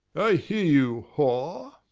i hear you whore.